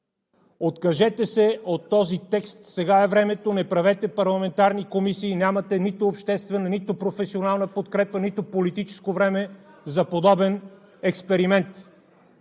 Откажете се от този текст! Сега е времето! Не правете парламентарни комисии! Нямате нито обществена, нито професионална подкрепа, нито политическо време за подобен експеримент!